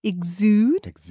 Exude